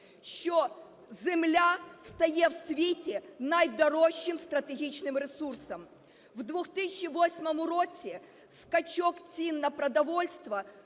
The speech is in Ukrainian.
що земля стає в світі найдорожчим стратегічним ресурсом. В 2008 році скачок цін на продовольство